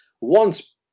once-